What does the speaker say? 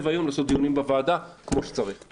היום ולעשות דיונים בוועדה כמו שצריך.